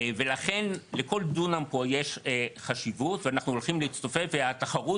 ולכן לכל דונם פה יש חשיבות ואנחנו הולכים להצטופף והתחרות